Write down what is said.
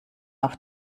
auf